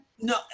no